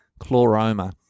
Chloroma